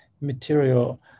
material